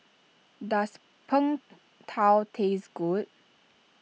does Png Tao taste good